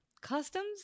Customs